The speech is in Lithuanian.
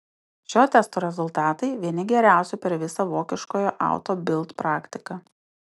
šio testo rezultatai vieni geriausių per visą vokiškojo auto bild praktiką